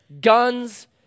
guns